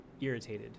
irritated